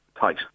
tight